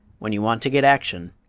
when you want to get action,